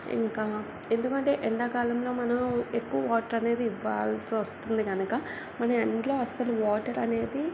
ఇంకా ఎందుకంటే ఎండాకాలంలో మనం ఎక్కువ వాటర్ అనేది ఇవ్వాల్సి వస్తుంది కనుక మనం ఎండలో అస్సలు వాటర్ అనేది